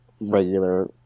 regular